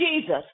Jesus